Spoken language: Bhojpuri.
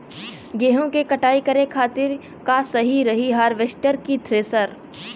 गेहूँ के कटाई करे खातिर का सही रही हार्वेस्टर की थ्रेशर?